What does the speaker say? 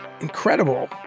incredible